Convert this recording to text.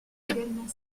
également